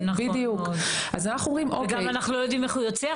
כמו אגב ועדות מייעצות של המון מדינות כמו שציינת,